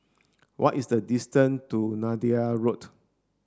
what is the distance to Neythai Road